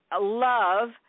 love